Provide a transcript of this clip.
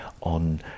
on